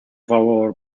favor